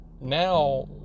now